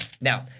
Now